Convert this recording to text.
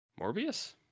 Morbius